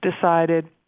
decided